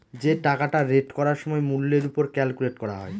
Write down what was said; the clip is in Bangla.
যে টাকাটা রেট করার সময় মূল্যের ওপর ক্যালকুলেট করা হয়